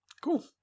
Cool